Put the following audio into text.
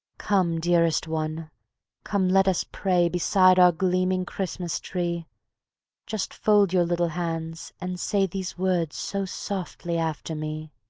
come, dearest one come, let us pray beside our gleaming christmas-tree just fold your little hands and say these words so softly after me